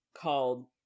called